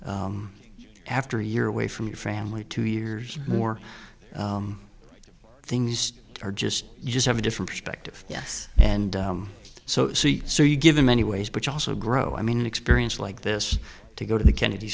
but after a year away from your family to yours more things are just you just have a different perspective yes and so so you give in many ways but you also grow i mean an experience like this to go to the kennedy